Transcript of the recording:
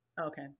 Okay